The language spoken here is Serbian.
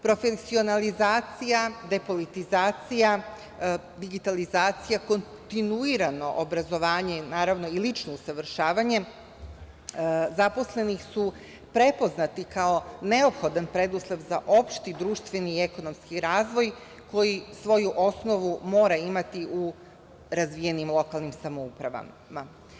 Profesionalizacija, depolitizacija, digitalizacija, kontinuirano obrazovanje, naravno, i lično usavršavanje zaposlenih su prepoznati kao neophodan preduslov za opšti društveni i ekonomski razvoj koji svoju osnovu mora imati u razvijenim lokalnim samoupravama.